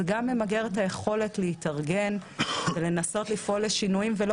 גם זה ממגר את היכולת להתארגן ולנסות לפעול לשינויים ולא